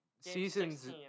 season's